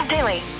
Daily